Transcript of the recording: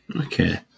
Okay